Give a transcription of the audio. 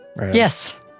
Yes